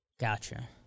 Gotcha